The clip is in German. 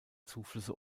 zuflüsse